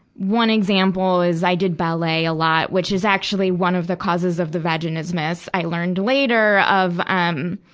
one example is i did ballet a lot which is actually one of the causes of the vaginismus i learned later of, um,